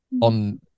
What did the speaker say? on